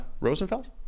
Rosenfeld